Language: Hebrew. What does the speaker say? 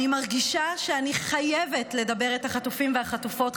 מרגישה שאני חייבת לדבר את החטופים והחטופות,